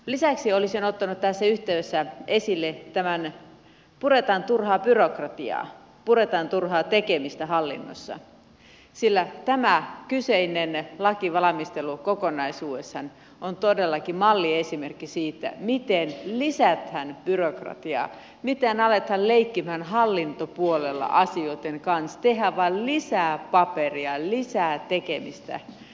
lisäksi olisin ottanut tässä yhteydessä esille tämän että puretaan turhaa byrokratiaa puretaan turhaa tekemistä hallinnossa sillä tämä kyseinen lainvalmistelu kokonaisuudessaan on todellakin malliesimerkki siitä miten lisätään byrokratiaa miten aletaan leikkimään hallintopuolella asioitten kanssa tehdään vain lisää paperia lisää tekemistä